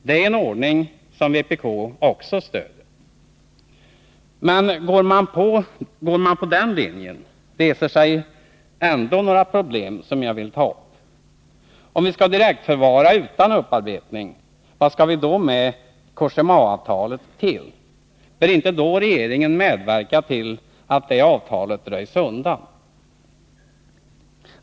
Det är en ordning som vpk också stödjer. Men följer man den linjen, reser sig ändå några problem som jag vill ta upp. Om vi skall direktförvara utan upparbetning, vad skall vi då med Cogémaavtalet till? Bör inte då regeringen medverka till att detta avtal undanröjs?